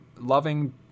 Loving